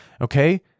okay